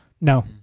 No